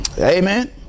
Amen